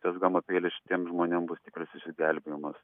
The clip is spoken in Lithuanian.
šitas gama peilis šitiems žmonėm bus tikras išsigelbėjimas